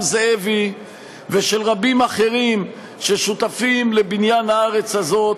זאבי ושל רבים אחרים ששותפים לבניין הארץ הזאת,